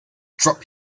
dropped